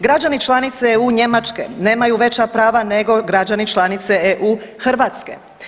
Građani članice EU Njemačke nemaju veća prava nego građani članice EU Hrvatske.